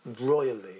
royally